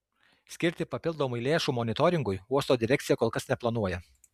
skirti papildomai lėšų monitoringui uosto direkcija kol kas neplanuoja